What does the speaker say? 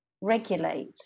regulate